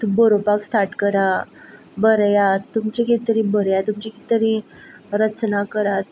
तुमी बरोवपाक स्टार्ट करा बरयात तुमचें कित्त तरी बरयात तुमचें कित्त तरी रचना करात